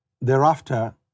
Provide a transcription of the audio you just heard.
Thereafter